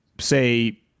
say